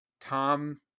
Tom